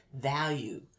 value